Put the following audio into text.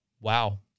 wow